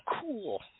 cool